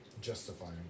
justifying